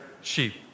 sheep